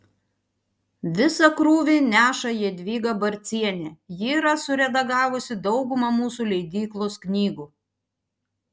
visą krūvį neša jadvyga barcienė ji yra suredagavusi daugumą mūsų leidyklos knygų